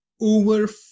over